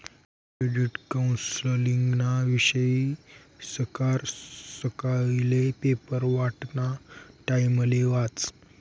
credit कौन्सलिंगना विषयी सकाय सकायले पेपर वाटाना टाइमले वाचं